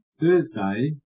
Thursday